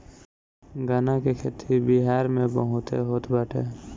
गन्ना के खेती बिहार में बहुते होत बाटे